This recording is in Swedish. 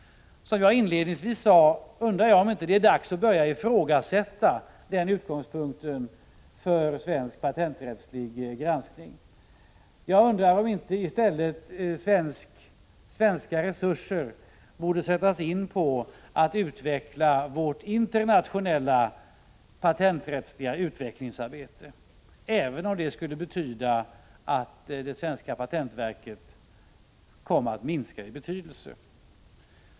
Som jag inledningsvis sade undrar jag om det inte är dags att börja ifrågasätta den utgångspunkten för svensk patenträttslig granskning. Jag undrar om inte istället svenska resurser borde sättas in på vårt internationella patenträttsliga utvecklingsarbete, även om det skulle betyda att det svenska patentverket kommer att minska i betydelse.